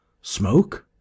Smoke